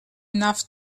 enough